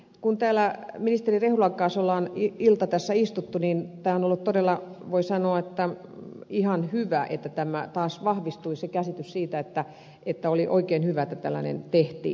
kun täällä ministeri rehulan kanssa on ilta tässä istuttu niin tämä on ollut todella voi sanoa ihan hyvä että taas vahvistui se käsitys siitä että oli oikein hyvä että tällainen tehtiin